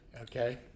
Okay